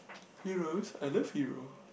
Heroes I love Hero